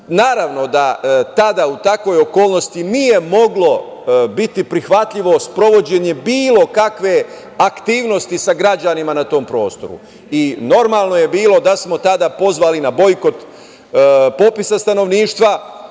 da tada u takvoj okolnosti nije moglo biti prihvatljivo sprovođenje bilo kakve aktivnosti sa građanima na tom prostoru i normalno je bilo da smo tada pozvali na bojkot popisa stanovništva